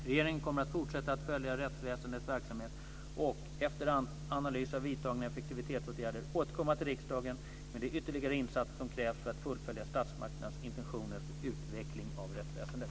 Regeringen kommer att fortsätta att följa rättsväsendets verksamhet och, efter analys av vidtagna effektiviseringsåtgärder, återkomma till riksdagen med de ytterligare insatser som krävs för att fullfölja statsmakternas intentioner för utvecklingen av rättsväsendet.